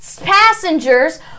passengers